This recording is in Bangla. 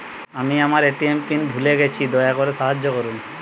আমি আমার এ.টি.এম পিন ভুলে গেছি, দয়া করে সাহায্য করুন